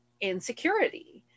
insecurity